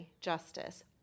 justice